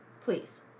Please